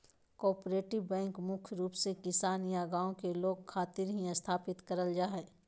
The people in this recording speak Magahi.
कोआपरेटिव बैंक मुख्य रूप से किसान या गांव के लोग खातिर ही स्थापित करल जा हय